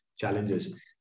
challenges